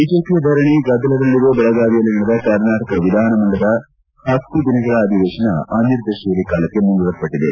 ಬಿಜೆಪಿಯ ಧರಣಿ ಗದ್ದಲದ ನಡುವೆ ಬೆಳಗಾವಿಯಲ್ಲಿ ನಡೆದ ಕರ್ನಾಟಕ ವಿಧಾನಮಂಡಲ ಹತ್ತು ದಿನಗಳ ಅಧಿವೇಶನ ಅನಿರ್ದಿಷ್ಟಾವಧಿ ಕಾಲ ಮುಂದೂಡಲಾಗಿದೆ